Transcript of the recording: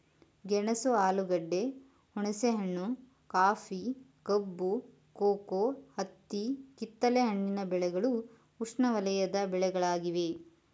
ಗೆಣಸು ಆಲೂಗೆಡ್ಡೆ, ಹುಣಸೆಹಣ್ಣು, ಕಾಫಿ, ಕಬ್ಬು, ಕೋಕೋ, ಹತ್ತಿ ಕಿತ್ತಲೆ ಹಣ್ಣಿನ ಬೆಳೆಗಳು ಉಷ್ಣವಲಯದ ಬೆಳೆಗಳಾಗಿವೆ